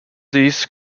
these